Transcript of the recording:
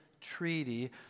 treaty